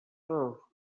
turf